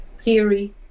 theory